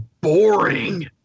boring